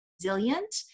resilient